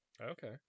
Okay